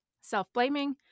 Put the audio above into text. Self-blaming